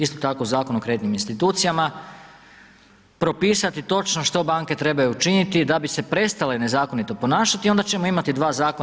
Isto tako Zakon o kreditnim institucijama, propisati točno što banke trebaju učiniti da bi se prestale nezakonito ponašati i onda ćemo imati dva zakona.